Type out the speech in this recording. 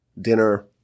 dinner